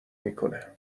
میکنه